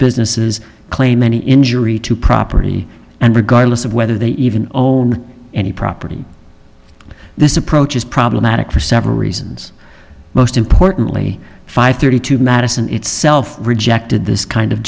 businesses claim any injury to property and regardless of whether they even own any property this approach is problematic for several reasons most importantly five thirty two madison itself rejected this kind of